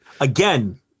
again